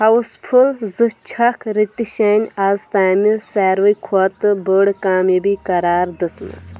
house full زٕ چھَکھ رِتیشِن آز تانہِ ساروِی کھۄتہٕ بٔڑ کامیٲبی قرار دِژمٕژ